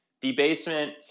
debasement